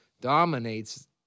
dominates